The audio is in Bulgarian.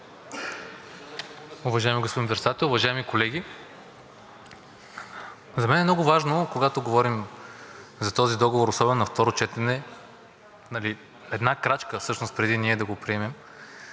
Уважаеми господин Председател, уважаеми колеги! За мен е много важно, когато говорим за този договор, особено на второ четене, а всъщност една крачка преди да го приемем